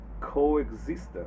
coexistence